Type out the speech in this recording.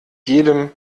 jedem